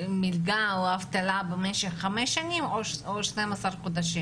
למלגה או לאבטלה במשך חמש שנים או 12 חודשים?